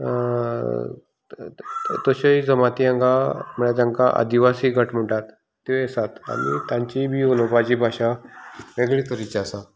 तशेंय जामीत हांगा म्हणल्यार तांकां आदिवासी गट म्हणटात तेय बी आसात आनी तांची बी उलोवपाची भाशा वेगळे तरेचीं आसा